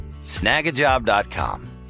Snagajob.com